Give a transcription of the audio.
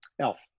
elf